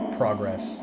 progress